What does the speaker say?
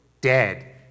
dead